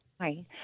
Hi